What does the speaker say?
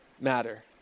Matter